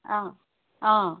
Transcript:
অঁ অঁ